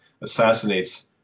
assassinates